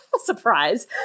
surprise